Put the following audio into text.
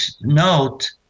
note